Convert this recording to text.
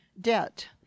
debt